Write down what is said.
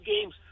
games